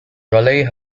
raleigh